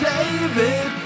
David